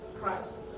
Christ